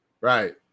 Right